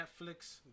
Netflix